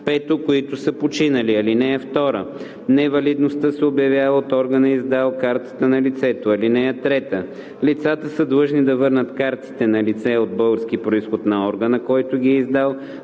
5. които са починали. (2) Невалидността се обявява от органа, издал картата на лицето. (3) Лицата са длъжни да върнат картите на лице от български произход на органа, който ги е издал,